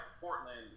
Portland